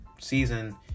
season